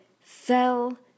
fell